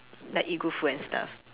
like eat good food and stuff